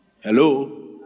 hello